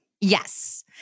Yes